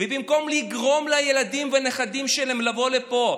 במקום לגרום לילדים ולנכדים שלהם לבוא לפה,